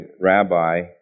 rabbi